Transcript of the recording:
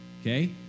Okay